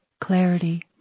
clarity